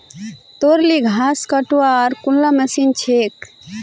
तोर ली घास कटवार कुनला मशीन छेक